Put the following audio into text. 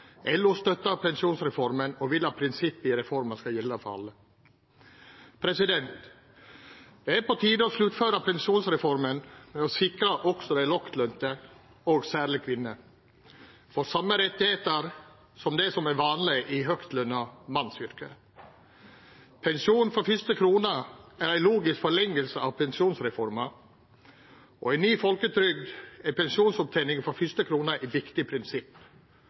og vil at prinsippet i reforma skal gjelda for alle. Det er på tide å sluttføra pensjonsreforma ved å sikra at også dei lågtlønte, og særleg kvinner, får same rettar som det som er vanleg i høgtlønte mannsyrke. Pensjon frå fyrste krone er ei logisk forlenging av pensjonsreforma, og i ny folketrygd er pensjonsopptening frå fyrste krone eit viktig prinsipp.